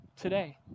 today